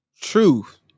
truth